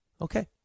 Okay